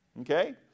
Okay